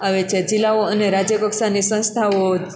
આવે છે જિલ્લાઓ અને રાજ્ય કક્ષાની સંસ્થાઓ